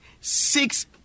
six